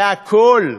והכול,